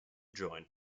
join